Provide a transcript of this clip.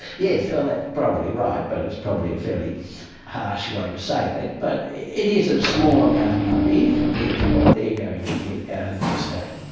yes, so that's probably right, but it's probably a fairly harsh way to say that, but it is a small amount of money compared to what they are going to get out of the estate.